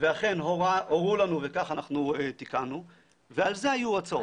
ואכן הורו לנו וכך אנחנו תיקנו ועל זה היו ההוצאות.